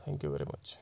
thank you very much